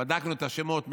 בדקנו את השמות,